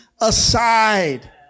aside